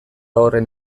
horren